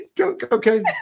Okay